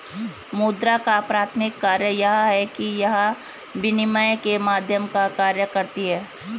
मुद्रा का प्राथमिक कार्य यह है कि यह विनिमय के माध्यम का कार्य करती है